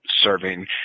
serving